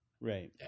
right